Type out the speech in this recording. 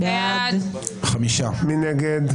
מי נגד?